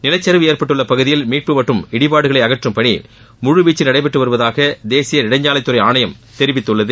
நிலச்சரிவு ஏற்பட்டுள்ள பகுதியில் மீட்புப் மற்றும் இடிபாடுகளை அகற்றும் பணி முழுவீச்சில் நடைபெற்று வருவதாக தேசிய நெடுஞ்சாலைத்துறை ஆணையம் தெரிவித்துள்ளது